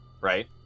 right